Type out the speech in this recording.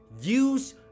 Use